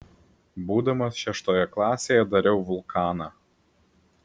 būdamas šeštoje klasėje dariau vulkaną